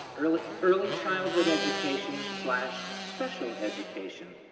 early early childhood education special special education.